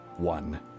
one